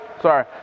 sorry